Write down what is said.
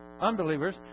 Unbelievers